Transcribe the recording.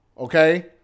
Okay